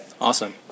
Awesome